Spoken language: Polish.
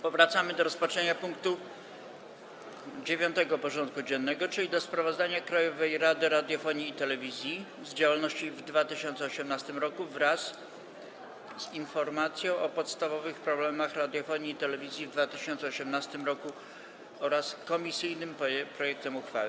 Powracamy do rozpatrzenia punktu 9. porządku dziennego: Sprawozdanie Krajowej Rady Radiofonii i Telewizji z działalności w 2018 roku wraz z informacją o podstawowych problemach radiofonii i telewizji w 2018 roku oraz komisyjnym projektem uchwały.